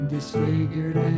Disfigured